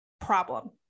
problem